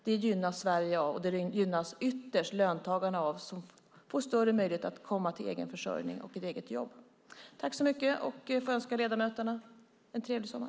Det gynnas Sverige av, och det gynnas ytterst löntagarna av, som får större möjlighet att komma till egen försörjning och eget jobb. Jag får önska ledamöterna en trevlig sommar.